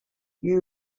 you